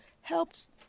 helps